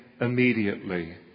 immediately